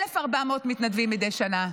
1,400 מתנדבים מדי שנה.